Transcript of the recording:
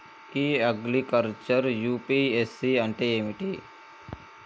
ఇ agriculture UPSC అంటే ఏమిటి?